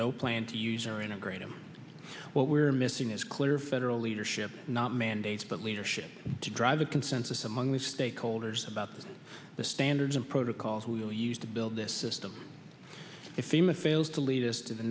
no plan to use or integrated what we're missing is clear federal leadership not mandates but leadership to drive a consensus among the stakeholders about the standards and protocols who will use to build this system if ema fails to lead us to the